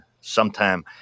sometime